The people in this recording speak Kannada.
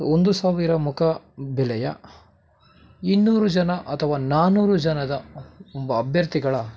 ಒಂದು ಸಾವಿರ ಮುಖಬೆಲೆಯ ಇನ್ನೂರು ಜನ ಅಥವಾ ನಾನ್ನೂರು ಜನದ ಒಬ್ಬ ಅಭ್ಯರ್ಥಿಗಳ